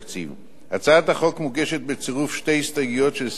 הצעת החוק מוגשת בצירוף שתי הסתייגויות של שר המשפטים.